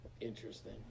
interesting